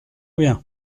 bien